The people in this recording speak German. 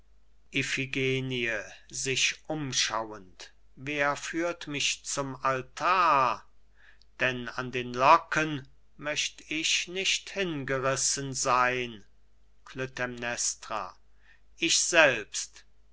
wer führt mich zum altar denn an den locken möcht ich nicht hingerissen sein klytämnestra ich selbst